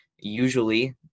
Usually